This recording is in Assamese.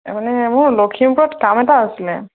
মানে মোৰ লখিমপুৰত কাম এটা আছিলে